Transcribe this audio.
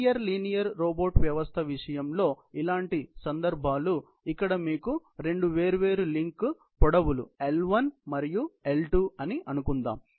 linear linear robot వ్యవస్థ విషయంలో ఇలాంటి సందర్భాలు ఇక్కడ మీకు రెండు వేర్వేరు లింక్ అడవులు L1 మరియు L2 అని అనుకుందాం